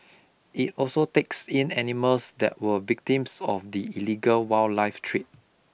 it also takes in animals that were victims of the illegal wildlife trade